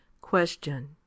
Question